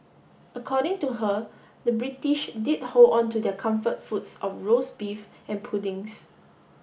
according to her the British did hold on to their comfort foods of roast beef and puddings